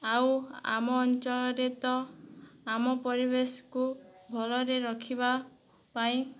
ଆଉ ଆମ ଅଞ୍ଚଳରେ ତ ଆମ ପରିବେଶକୁ ଭଲରେ ରଖିବାପାଇଁ